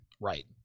Right